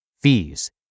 Fees